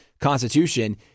Constitution